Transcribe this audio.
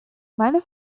meine